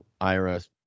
irs